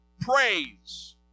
praise